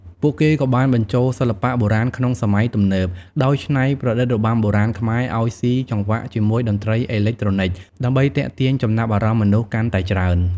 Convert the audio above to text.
ពួកគេក៏បានបញ្ចូលសិល្បៈបុរាណក្នុងសម័យទំនើប ដោយច្នៃប្រឌិតរបាំបុរាណខ្មែរឱ្យស៊ីចង្វាក់ជាមួយតន្ត្រីអេឡិចត្រូនិក ដើម្បីទាក់ទាញចំណាប់អារម្មណ៍មនុស្សកាន់តែច្រើន។